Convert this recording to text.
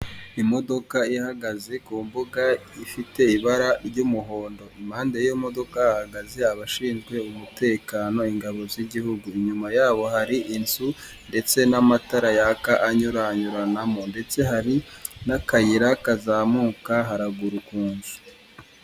Imodoka ihagaze ku mbuga ifite ibara ry'umuhondo; impande y'iyomodoka ihagaze abashinzwe umutekano ingabo z'igihugu; inyuma yaho hari inzu ndetse n'amatara yaka anyuranyuranamo ndetse hari n'akayira kazamuka haruguru kunzu.